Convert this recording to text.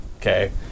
Okay